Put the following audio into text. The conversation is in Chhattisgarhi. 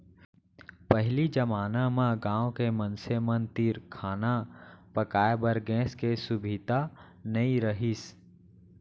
पहिली जमाना म गॉँव के मनसे मन तीर खाना पकाए बर गैस के सुभीता नइ रहिस